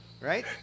Right